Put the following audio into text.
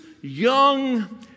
young